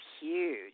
huge